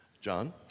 John